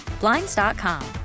Blinds.com